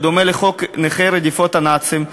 בדומה לחוק נכי רדיפות הנאצים,